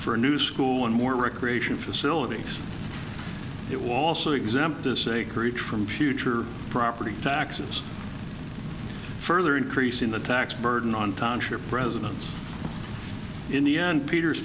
for a new school and more recreation facilities it was also exempt this acreage from future property taxes further increasing the tax burden on township residents in the end peter